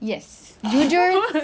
yes jujur